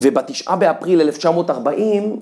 ובתשעה באפריל אלף תשע מאות ארבעים